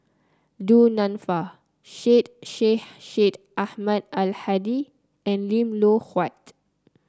Du Nanfa Syed Sheikh Syed Ahmad Al Hadi and Lim Loh Huat